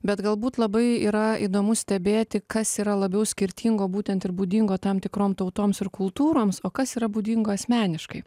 bet galbūt labai yra įdomu stebėti kas yra labiau skirtingo būtent ir būdingo tam tikrom tautoms ir kultūroms o kas yra būdinga asmeniškai